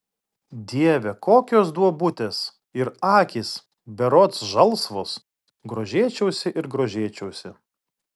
dieve kokios duobutės ir akys berods žalsvos grožėčiausi ir grožėčiausi